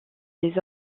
des